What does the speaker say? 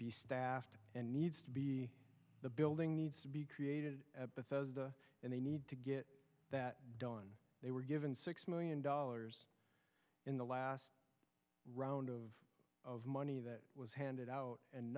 be staffed and needs to be the building needs to be created at bethesda and they need to get that done they were given six million dollars in the last round of of money that was handed out and